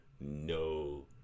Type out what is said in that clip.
no